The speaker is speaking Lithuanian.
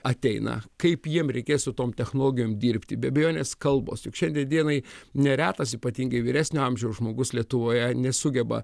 ateina kaip jiem reikės su tom technologijom dirbti be abejonės kalbos juk šiandien dienai neretas ypatingai vyresnio amžiaus žmogus lietuvoje nesugeba